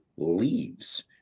leaves